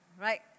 Right